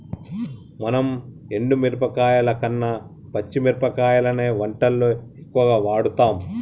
మనం ఎండు మిరపకాయల కన్న పచ్చి మిరపకాయలనే వంటల్లో ఎక్కువుగా వాడుతాం